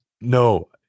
no